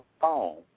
phone